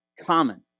Common